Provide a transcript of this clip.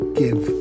give